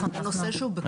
זה נושא שהוא --- נכון.